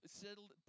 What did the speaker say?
settled